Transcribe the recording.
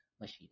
Machine